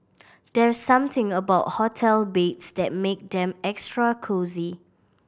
there's something about hotel beds that make them extra cosy